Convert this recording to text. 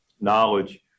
knowledge